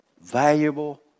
valuable